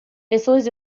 pessoas